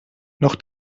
noch